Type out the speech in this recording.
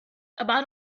about